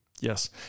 Yes